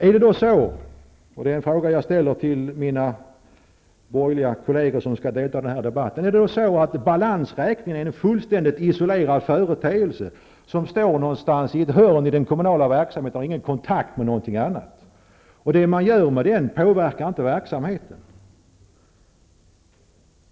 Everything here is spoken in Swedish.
Jag vill ställa en fråga till mina borgerliga kolleger som skall delta i denna debatt. Är balansräkningen en helt isolerad företeelse som står någonstans i ett hörn i den kommunala verksamheten och inte har kontakt med något annat, och påverkar inte det som man gör med den verksamheten?